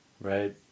Right